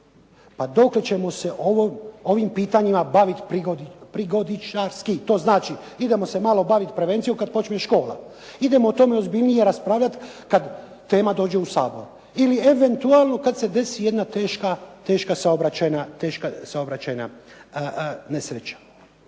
Pa dokle ćemo se ovim pitanjima baviti prigodničarski? To znači idemo se malo baviti prevencijom kada počne škola, idemo o tome malo ozbiljnije raspravljati kada tema dođe u Sabor ili eventualno kada se desi jedna teška saobraćajna nesreća.